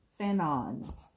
Fanon